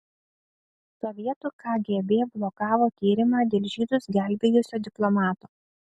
sovietų kgb blokavo tyrimą dėl žydus gelbėjusio diplomato